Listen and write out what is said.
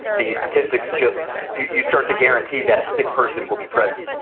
these statistics just you start to guarantee that a sick person will be present.